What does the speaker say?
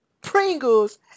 Pringles